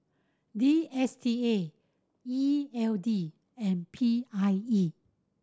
D S T A E L D and P I E